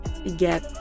Get